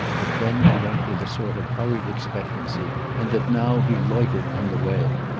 that then he went with a sort of hurried expectancy, and that now he loitered on the way.